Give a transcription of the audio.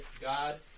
God